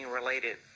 related